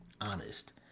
honest